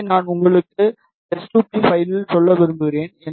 எனவே நான் உங்களுக்கு எஸ் 2 பி பைலில் சொல்ல விரும்புகிறேன்